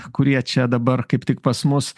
kurie čia dabar kaip tik pas mus